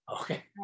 Okay